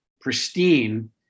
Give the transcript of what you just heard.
pristine